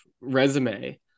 resume